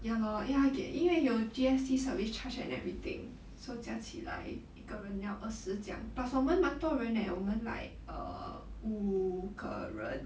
ya lor ya 因为有 G_S_T service charge and everything so 加起来一个人要二十这样 plus 我们有蛮多人 eh 我们 like err 五个人